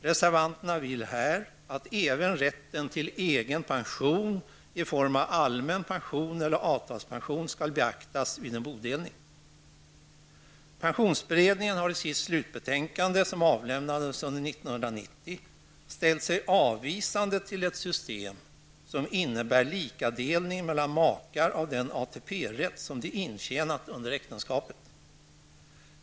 Reservanterna vill att även rätten till egen pension i form av allmän pension eller avtalspension skall beaktas vid en bodelning. Pensionsberedningen har i sitt slutbetänkande, som avlämnades under 1990, ställt sig avvisande till ett system som innebär likadelning mellan makar av den ATP som de har intjänat under äktenskapet.